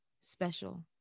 special